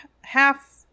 half